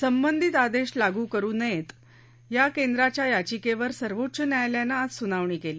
संबंधित आदेश लागू करु नये या कैंद्राच्या याचिकेवर सर्वोच्च न्यायालयानं आज सुनावणी केली